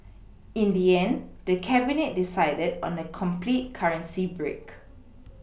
in the end the Cabinet decided on a complete currency break